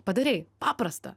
padarei paprasta